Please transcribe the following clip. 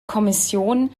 kommission